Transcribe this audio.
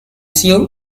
sew